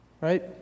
right